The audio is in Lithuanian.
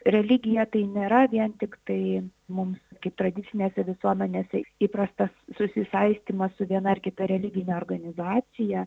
religija tai nėra vien tiktai mums kaip tradicinėse visuomenėse įprasta susisaistymas su viena ar kita religine organizacija